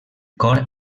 cor